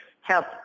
help